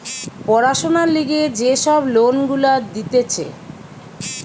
পড়াশোনার লিগে যে সব লোন গুলা দিতেছে